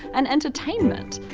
and entertainment.